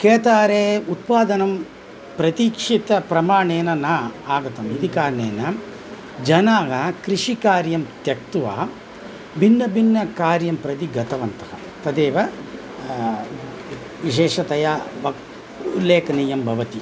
केदारे उत्पादनं प्रतिक्षित प्रमाणेन न आगतम् इति कारणेन जनाः कृषिकार्यं त्यक्त्वा भिन्न भिन्न कार्यं प्रति गतवन्तः तदेव विशेषतया वक् उल्लेखनीयं भवति